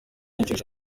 inshuro